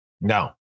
No